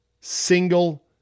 single